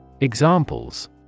Examples